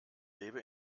lebe